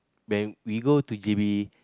then we go to J_B